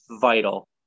vital